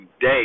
day